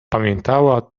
pamiętała